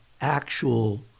actual